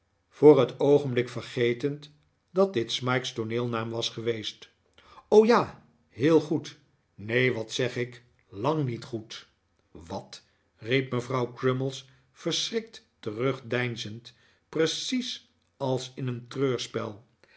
voor het oogenblik vergetend dat dit smike's tooneelnaam was geweest ja heel goed neen wat zeg ik lang niet goed wat riep mevrouw crummies verschrikt terugdeinzend precies als in een